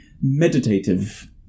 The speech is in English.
meditative